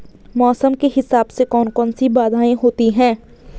मौसम के हिसाब से कौन कौन सी बाधाएं होती हैं?